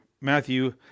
Matthew